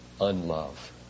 unlove